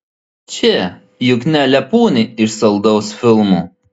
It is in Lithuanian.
čia juk ne lepūnė iš saldaus filmo